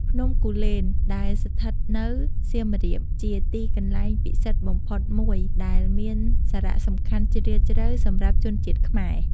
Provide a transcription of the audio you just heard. ភ្នំគូលែន ដែលស្ថិតនៅសៀមរាប ជាទីកន្លែងពិសិដ្ឋបំផុតមួយដែលមានសារៈសំខាន់ជ្រាលជ្រៅសម្រាប់ជនជាតិខ្មែរ។